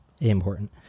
important